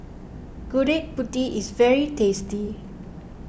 Gudeg Putih is very tasty